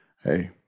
Hey